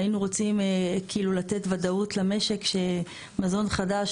והיינו רוצים כאילו לתת ודאות למשק שמזון חדש,